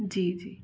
जी जी